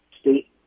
state